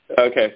Okay